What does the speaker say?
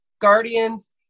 guardians